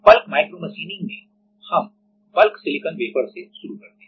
तो bulk bulk micromachining में हम बल्क bulk सिलिकॉन वेफर से शुरू करते हैं